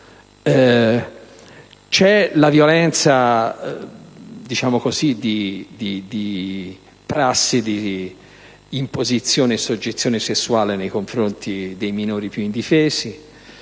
c'è la violenza dovuta alla prassi di imposizione e soggezione sessuale nei confronti dei minori più indifesi;